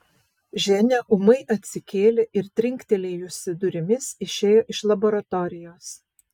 ženia ūmai atsikėlė ir trinktelėjusi durimis išėjo iš laboratorijos